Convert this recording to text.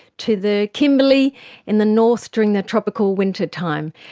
to the kimberley in the north during the tropical wintertime.